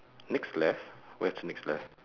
next left where's next left